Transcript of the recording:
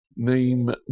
Name